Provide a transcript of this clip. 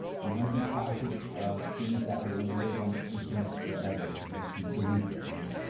you want to be cautious of things that are gonna live on the internet forever, unless you delete them, right?